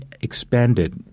expanded